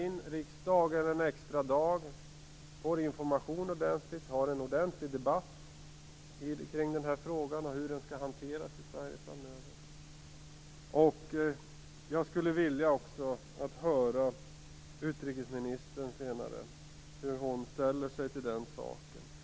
Då kan vi få information och ha en ordentlig debatt om hur frågan skall hanteras. Jag skulle vilja höra hur utrikesministern ställer sig till den saken.